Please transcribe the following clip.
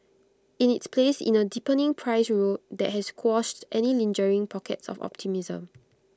in its place in A deepening price rout that has quashed any lingering pockets of optimism